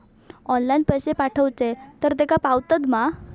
Online पैसे पाठवचे तर तेका पावतत मा?